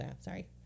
Sorry